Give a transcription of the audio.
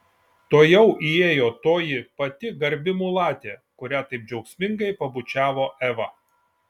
tuojau įėjo toji pati garbi mulatė kurią taip džiaugsmingai pabučiavo eva